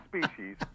species